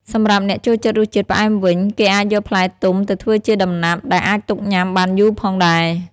សម្រាប់អ្នកចូលចិត្តរសជាតិផ្អែមវិញ គេអាចយកផ្លែទុំទៅធ្វើជាដំណាប់ ដែលអាចទុកញ៉ាំបានយូរផងដែរ។